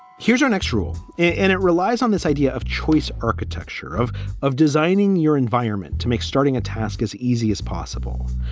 here's our next rule, and it relies on this idea of choice, architecture, of of designing your environment to make starting a task as easy as possible.